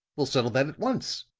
we'll settle that at once,